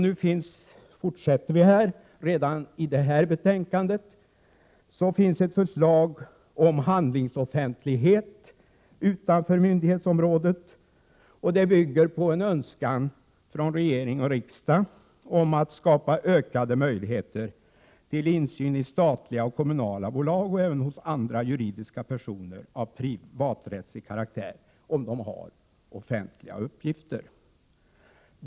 Nu fortsätter vi arbetet redan i detta betänkande med förslag om handlingsoffentlighet utanför myndighetsområdet, vilket förslag bygger på en önskan från regering och riksdag att skapa ökade möjligheter till insyn i statliga och kommunala bolag och även i andra juridiska personer med privaträttslig karaktär men med offentliga uppgifter.